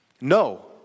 No